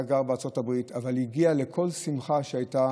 היה גר בארצות הברית, אבל הגיע לכל שמחה שהייתה